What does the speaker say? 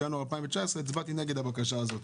בינואר 2019 הצבעתי נגד הבקשה הזאת'.